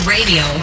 Radio